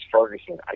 Ferguson